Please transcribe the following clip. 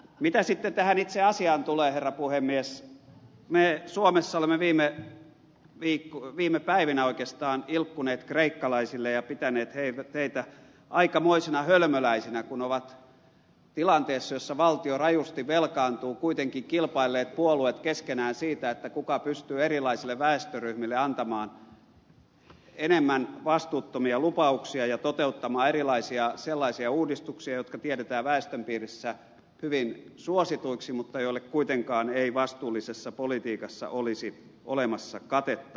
mitä sitten tähän itse asiaan tulee herra puhemies me suomessa olemme viime päivinä ilkkuneet kreikkalaisille ja pitäneet heitä aikamoisina hölmöläisinä kun tilanteessa jossa valtio rajusti velkaantuu kuitenkin puolueet ovat kilpailleet keskenään siitä kuka pystyy erilaisille väestöryhmille antamaan enemmän vastuuttomia lupauksia ja toteuttamaan erilaisia sellaisia uudistuksia jotka tiedetään väestön piirissä hyvin suosituiksi mutta joille kuitenkaan ei vastuullisessa politiikassa olisi olemassa katetta